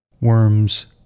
worms